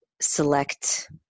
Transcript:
select